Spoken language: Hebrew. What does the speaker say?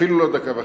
אפילו לא דקה וחצי.